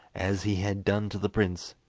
as he had done to the prince,